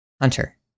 Hunter